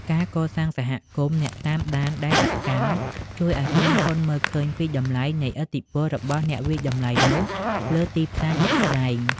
ការកសាងសហគមន៍អ្នកតាមដានដែលសកម្ម ជួយឱ្យក្រុមហ៊ុនមើលឃើញពីតម្លៃនៃឥទ្ធិពលរបស់អ្នកវាយតម្លៃនោះលើទីផ្សារជាក់ស្តែង។